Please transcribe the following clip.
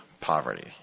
poverty